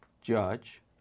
judge